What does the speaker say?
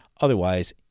otherwise